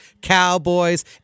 Cowboys